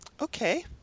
okay